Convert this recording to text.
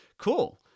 cool